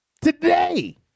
Today